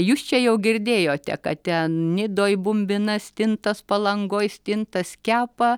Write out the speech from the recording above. jūs čia jau girdėjote kad ten nidoj bumbina stintas palangoj stintas kepa